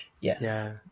yes